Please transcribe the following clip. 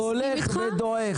הוא הולך ודועך,